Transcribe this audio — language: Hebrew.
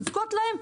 לבכות להם,